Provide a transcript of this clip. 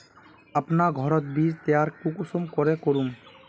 अपना घोरोत बीज तैयार कुंसम करे करूम?